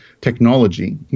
technology